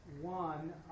one